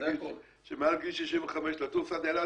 חשבתי שתגיד שמעל גיל 65 לטוס עד אילת